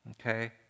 Okay